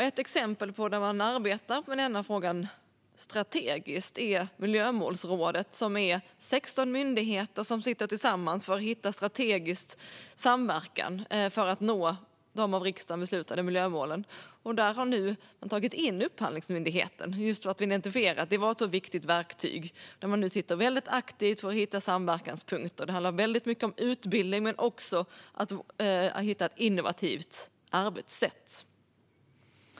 Ett exempel där man arbetar med denna fråga strategiskt är Miljömålsrådet. Det är 18 myndigheter som tillsammans arbetar för att skapa strategisk samverkan för att nå de av riksdagen beslutade miljömålen. Där har nu Upphandlingsmyndigheten tagits in, just för att identifiera viktiga verktyg. Man arbetar aktivt för att hitta samverkanspunkter. Det handlar mycket om utbildning och om att hitta ett innovativt arbetssätt.